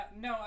No